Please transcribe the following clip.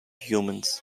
humans